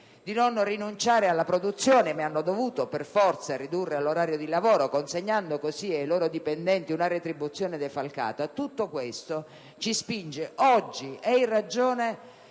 di non rinunciare alla produzione, ma hanno dovuto per forza ridurre l'orario di lavoro, consegnando così ai loro dipendenti una retribuzione defalcata. Tutto questo ci spinge oggi ed in ragione